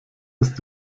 ist